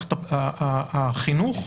למערכת החינוך,